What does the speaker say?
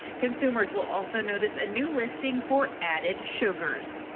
consumers will also notice a new listing for added sugars.